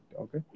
okay